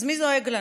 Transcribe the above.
אז מי דואג לנו?